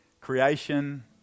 Creation